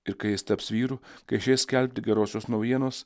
ir kai jis taps vyru kai išies skelbti gerosios naujienos